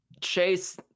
Chase